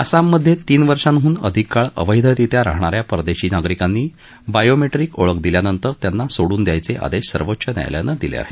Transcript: आसाममध्ये तीन वर्षांहून अधिक काळ अवैधरित्या राहणाऱ्या परदेशी नागरिकार्ती बायोमेट्रीक ओळख दिल्यानंतर त्याप्तीसोडून देण्याचे आदेश सर्वोच्च न्यायालयानडिले आहेत